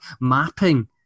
mapping